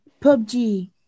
PUBG